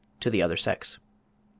to the other sex.